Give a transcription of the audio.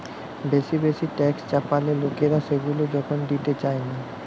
বেশি বেশি ট্যাক্স চাপালে লোকরা সেগুলা যখন দিতে চায়না